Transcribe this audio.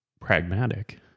pragmatic